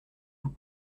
vous